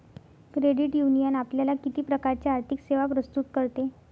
Credit union आपल्याला किती प्रकारच्या आर्थिक सेवा प्रस्तुत करते?